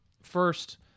First